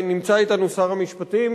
נמצא אתנו שר המשפטים,